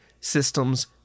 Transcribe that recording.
systems